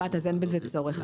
אין בזה צורך.